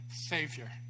Savior